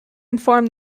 informed